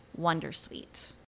wondersuite